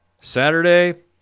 Saturday